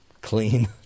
clean